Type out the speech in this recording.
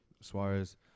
Suarez